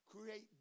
create